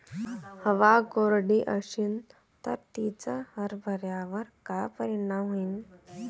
हवा कोरडी अशीन त तिचा हरभऱ्यावर काय परिणाम होईन?